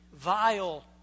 vile